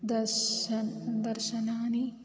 दर्शनं दर्शनानि